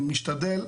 משתדל,